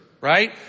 Right